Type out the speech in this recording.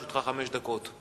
לרשותך חמש דקות.